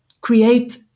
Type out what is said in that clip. create